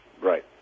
Right